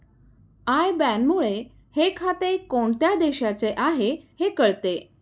I बॅनमुळे हे खाते कोणत्या देशाचे आहे हे कळते